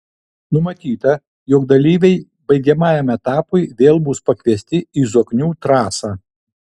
numatyta jog dalyviai baigiamajam etapui vėl bus pakviesti į zoknių trasą